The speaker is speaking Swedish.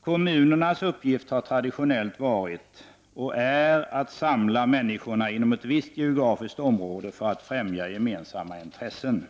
Kommunernas uppgift har traditionellt varit — och är — att samla människor inom ett visst geografiskt område för att främja gemensamma intressen.